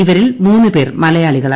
ഇവരിൽ മൂന്ന് പേർ മലയാളികളാണ്